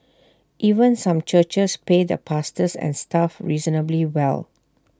even some churches pay the pastors and staff reasonably well